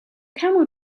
camel